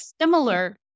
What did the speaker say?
similar